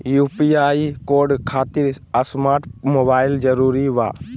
UPI code खातिर smart mobile जरूरी बा?